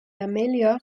améliore